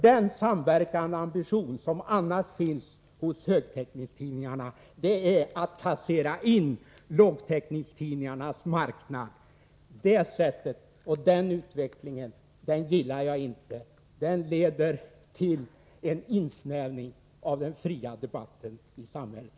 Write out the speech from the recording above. Den samverkansambition som annars finns hos högtäckningstidningarna är att kassera in lågtäckningstidningarnas marknad. Den utvecklingen gillar jag inte. Den leder till en insnävning av den fria debatten i samhället.